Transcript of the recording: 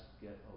get